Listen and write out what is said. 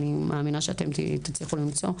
אני מאמינה שאתם תצליחו למצוא.